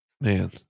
Man